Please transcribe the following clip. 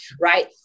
right